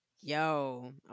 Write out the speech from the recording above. Yo